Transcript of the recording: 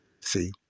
see